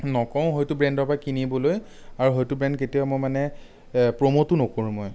নকওঁ সৈটো ব্ৰেণ্ডৰপৰা কিনিবলৈ আৰু সৈটো ব্ৰেণ্ড কেতিয়াও মই মানে প্ৰম'টো ন'কৰোঁ মই